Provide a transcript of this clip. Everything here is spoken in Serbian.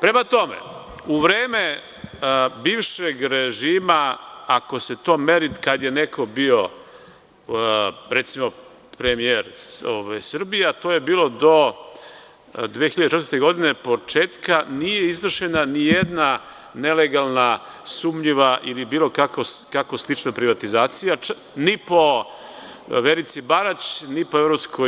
Prema tome, u vreme bivšeg režima, ako se to meri kada je neko bio recimo premijer Srbije, a to je bilo do 2004. godine, početka, nije izvršena nijedna nelegalna, sumnjiva ili bilo kakva slična privatizacija, čak ni po Verici Barać, ni po